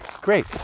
great